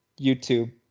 YouTube